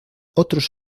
otros